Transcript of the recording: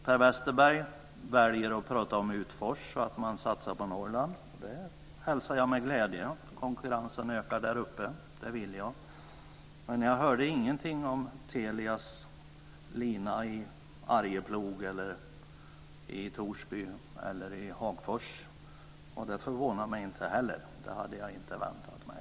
Per Westerberg väljer att prata om Utfors och att företaget satsar på Norrland. Jag hälsar med glädje att konkurrensen ökar där uppe. Det vill jag. Men jag hörde ingenting om Telias lina i Arjeplog, Torsby eller Hagfors. Det förvånar mig inte heller. Det hade jag inte väntat mig.